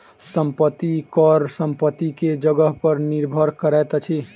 संपत्ति कर संपत्ति के जगह पर निर्भर करैत अछि